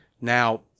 Now